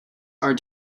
are